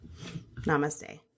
Namaste